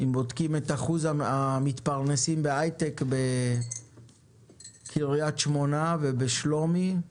אם בודקים את אחוז המתפרנסים מהייטק בקריית שמונה ובשלומי רואים